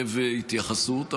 שומעים את האיומים שלך כל הזמן,